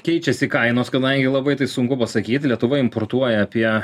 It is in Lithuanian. keičiasi kainos kadangi labai tai sunku pasakyti lietuva importuoja apie